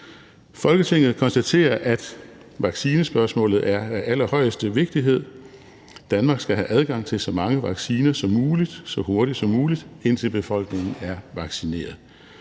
»Folketinget konstaterer, at vaccinespørgsmålet er af allerhøjeste vigtighed. Danmark skal have adgang til så mange vacciner som muligt så hurtigt som muligt, indtil befolkningen er vaccineret.